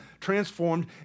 transformed